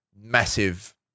massive